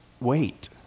wait